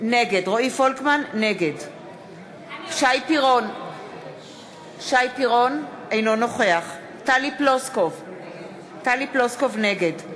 המטרה שלו הייתה להבטיח שנשים עם ילדים שלא מצליחות